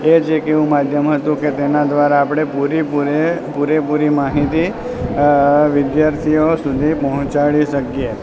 એ જ એક એવું માધ્યમ હતું કે તેના દ્વારા આપણે પૂરીપુરે પુરેપુરી માહિતી વિદ્યાર્થીઓ સુધી પહોંચાડી શકીએ